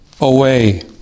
away